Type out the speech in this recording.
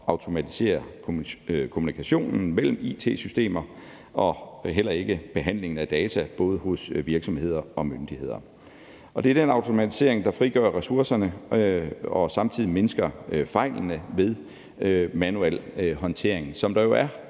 automatisere kommunikationen mellem it-systemer og heller ikke behandlingen af data hos virksomheder og myndigheder. Det er den automatisering, der frigør ressourcerne og samtidig mindsker fejlene ved manuel håndtering, som der jo er